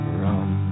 run